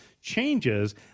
changes